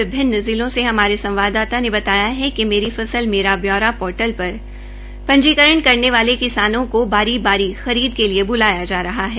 विभिन्न जिलों से हमारे संवाददाताओं ने बताया कि मेरी फसल मेरा ब्यौरा पोर्टल पर पंजीकरण करने वाले किसानों को बारी बारी खरीद के लिए बुलाया जा रहा है